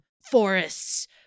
forests